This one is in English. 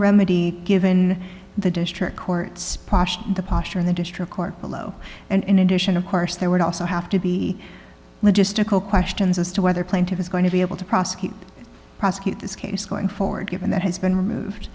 remedy given the district court splashed the posher in the district court below and in addition of course there would also have to be logistical questions as to whether plaintiff is going to be able to prosecute prosecute this case going forward given that he's been removed